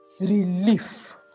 relief